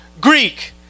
Greek